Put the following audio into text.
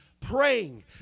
praying